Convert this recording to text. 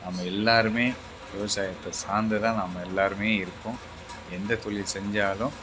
நாம் எல்லாேருமே விவசாயத்தை சார்ந்து தான் நாம் எல்லாேருமே இருக்கோம் எந்த தொழில் செஞ்சாலும்